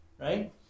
Right